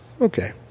okay